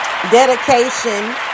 dedication